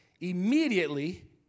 immediately